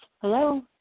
hello